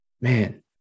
man